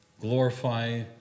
glorify